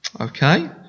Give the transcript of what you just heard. Okay